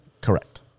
correct